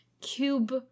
cube